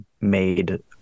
made